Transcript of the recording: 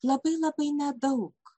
labai labai nedaug